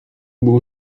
było